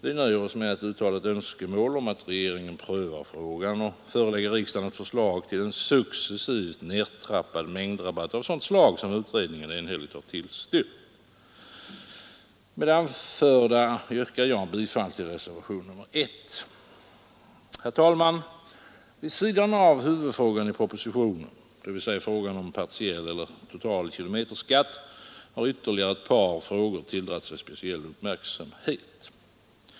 Vi nöjer oss med att uttala ett önskemål om att regeringen prövar frågan och förelägger riksdagen ett förslag till en successivt nedtrappad mängdrabatt av sådant slag som utredningen enhälligt har tillstyrkt. Med det anförda yrkar jag bifall till reservationen 1. Herr talman! Vid sidan av huvudfrågan i propositionen, dvs. frågan om partiell eller total kilometerskatt, har ytterligare ett par frågor tilldragit sig speciell uppmärksamhet.